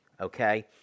Okay